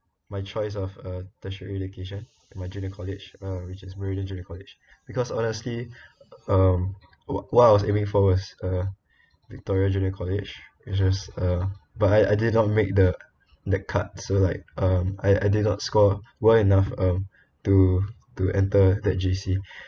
my choice of uh tertiary education my junior college uh which is meridian junior college because honestly um what I was aiming for was uh victoria junior college it just uh but I I did not make the that cut so like um I I did not score well enough um to to enter that J_C